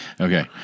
Okay